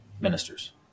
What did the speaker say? ministers